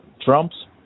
Trump's